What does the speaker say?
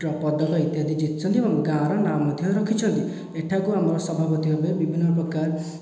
ପଦକ ଇତ୍ୟାଦି ଜିତିଛନ୍ତି ଏବଂ ଗାଁର ନାଁ ମଧ୍ୟ ରଖିଛନ୍ତି ଏଠାକୁ ଆମର ସଭାପତି ଭାବେ ବିଭିନ୍ନ ପ୍ରକାର